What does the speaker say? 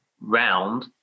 round